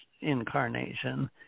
incarnation